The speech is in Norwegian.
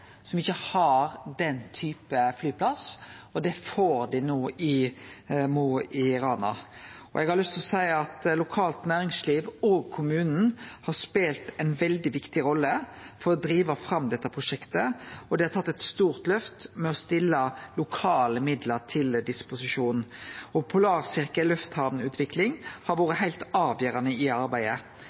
som ikkje har den typen flyplass, og det får dei no i Mo i Rana. Eg har lyst til å seie at lokalt næringsliv og kommunen har spelt ei veldig viktig rolle for å drive fram dette prosjektet, og dei har tatt eit stort løft med å stille lokale midlar til disposisjon. Polarsirkelen Lufthavnutvikling har vore heilt avgjerande i arbeidet.